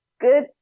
good